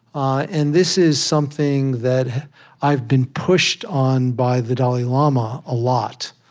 and this is something that i've been pushed on by the dalai lama a lot.